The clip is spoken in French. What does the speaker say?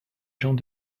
gens